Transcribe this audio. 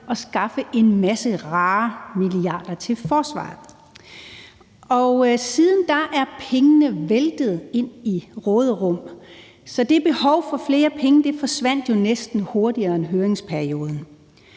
og skaffe en masse rare milliarder til forsvaret. Siden da er pengene væltet ind i råderum, så det behov for flere penge forsvandt næsten hurtigere end høringsperioden.